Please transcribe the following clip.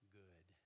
good